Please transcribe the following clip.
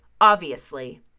obviously